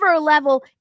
level